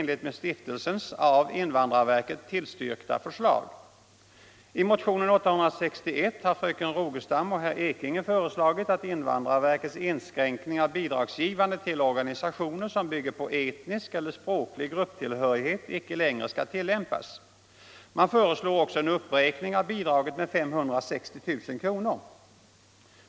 invandrarverkets inskränkning av bidragsgivandet till organisationer som bygger på etnisk eller språklig grupptillhörighet icke längre skall tillämpas. Man föreslår också en uppräkning av bidraget med 560 000 kr.